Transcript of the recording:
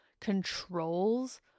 controls